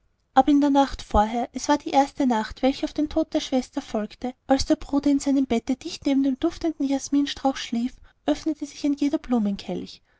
aber in der nacht vorher es war die erste nacht welche auf den tod der schwester folgte als der bruder in seinem bette dicht neben dem duftenden jasminstrauch schlief öffnete sich ein jeder